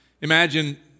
Imagine